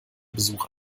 besuch